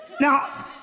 Now